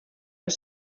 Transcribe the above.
are